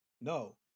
no